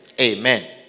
Amen